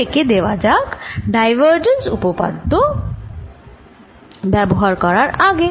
এবার একে দেওয়া যাক ডাইভারজেন্স উপপাদ্য ব্যবহার করার আগে